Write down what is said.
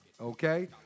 Okay